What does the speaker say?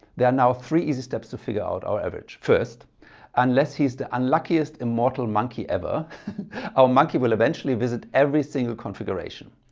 there are now three easy steps to figure out our average first unless he's the unluckiest immortal monkey ever our monkey will eventually visit every single configuration.